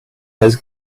has